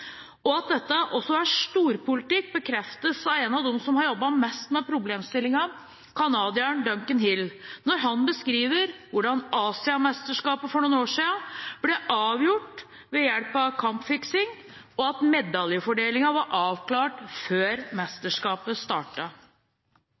At dette også er storpolitikk, bekreftes av en av dem som har jobbet mest med problemstillingen, canadieren Declan Hill, når han beskriver hvordan Asia-mesterskapet for noen år siden ble avgjort ved hjelp av kampfiksing, og at medaljefordelingen var avklart før